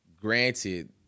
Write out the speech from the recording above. granted